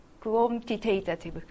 quantitative